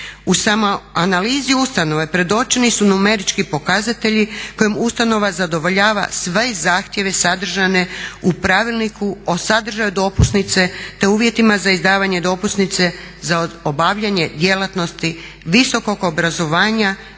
U samoanalizi ustanove predočeni su numerički pokazatelji kojim ustanova zadovoljava sve zahtjeve sadržane u pravilniku o sadržaju dopusnice te uvjetima za izdavanje dopusnice za obavljanje djelatnosti visokog obrazovanja,